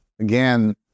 again